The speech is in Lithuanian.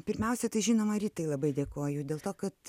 pirmiausiai tai žinoma ritai labai dėkoju dėl to kad